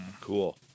Cool